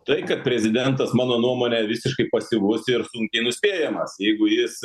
tai kad prezidentas mano nuomone visiškai pasyvus ir sunkiai nuspėjamas jeigu jis